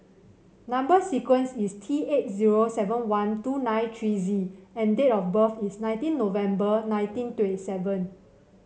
number sequence is T eight zero seven one two nine three Z and date of birth is nineteen November nineteen twenty seven